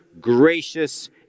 gracious